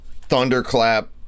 Thunderclap